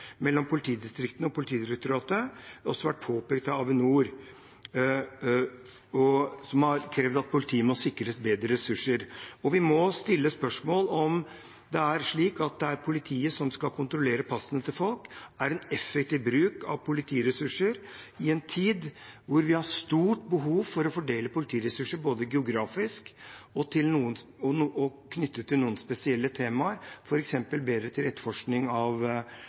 mellom politidistriktene og Politidirektoratet. Det har også vært påpekt av Avinor, som har krevd at politiet må sikres bedre ressurser. Vi må stille spørsmål om det at politiet skal kontrollere folks pass, er en effektiv bruk av politiressurser i en tid hvor vi har et stort behov for å fordele politiressurser, både geografisk og tematisk, f.eks. mer til etterforskning av seksuallovbrudd. Dette krever ikke nødvendigvis en lovendring, for politiet har anledning til